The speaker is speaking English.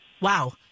Wow